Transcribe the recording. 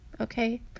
Okay